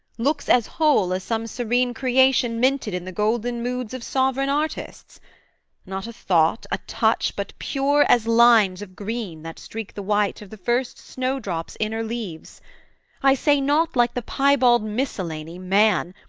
looks as whole as some serene creation minted in the golden moods of sovereign artists not a thought, a touch, but pure as lines of green that streak the white of the first snowdrop's inner leaves i say, not like the piebald miscellany, man,